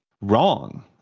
wrong